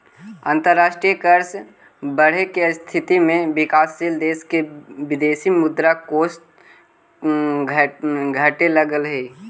अंतरराष्ट्रीय कर्ज बढ़े के स्थिति में विकासशील देश के विदेशी मुद्रा कोष घटे लगऽ हई